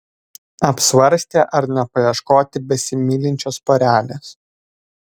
apsvarstė ar nepaieškoti besimylinčios porelės